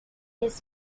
his